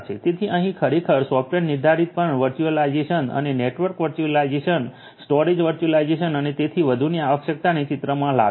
તેથી અહીં ખરેખર સોફ્ટવૅર નિર્ધારિત પણ virtualization network virtualization storage virtualization અને તેથી વધુની આવશ્યકતાને ચિત્રમાં લાવે છે